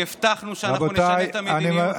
כי הבטחנו שאנחנו נשנה את המדיניות,